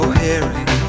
hearing